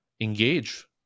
engage